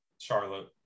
Charlotte